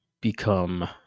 become